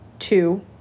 two